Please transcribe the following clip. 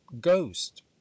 ghost